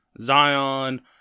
Zion